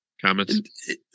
comments